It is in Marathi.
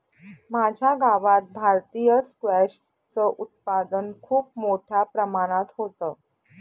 माझ्या गावात भारतीय स्क्वॅश च उत्पादन खूप मोठ्या प्रमाणात होतं